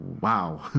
Wow